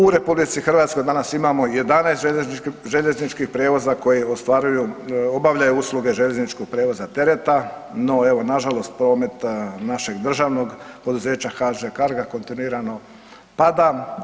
U RH danas imamo 11 željezničkih prijevoza koji ostvaruju, obavljaju uslugu željezničkog prijevoza tereta, no evo, nažalost promet našeg državnog poduzeća HŽ Carga kontinuirano pada.